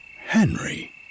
Henry